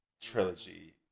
trilogy